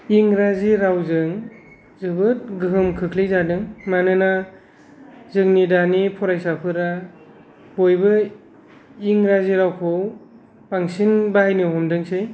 इंराजी रावजों जोबोद गोहोम खोख्लैजादों मानोना जोंनि दानि फरायसाफोरा बयबो इंराजी रावखौ बांसिन बाहायनो हमदोंसै